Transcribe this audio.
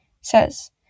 says